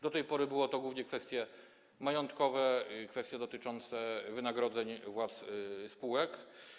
Do tej pory były to głównie kwestie majątkowe i kwestie dotyczące wynagrodzeń władz spółek.